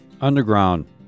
underground